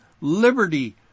liberty